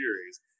series